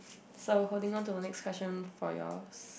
so holding to the next question for yours